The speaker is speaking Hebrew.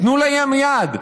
תנו להם יד,